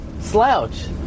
slouch